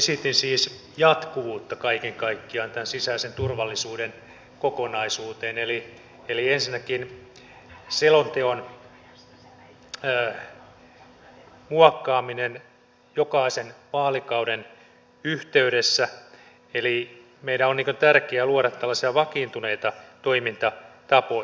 esitin siis jatkuvuutta kaiken kaikkiaan tämän sisäisen turvallisuuden kokonaisuuteen eli ensinnäkin selonteon muokkaamista jokaisen vaalikauden yhteydessä meidän on tärkeää luoda tällaisia vakiintuneita toimintatapoja